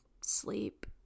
sleep